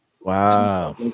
Wow